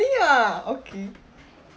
really ah okay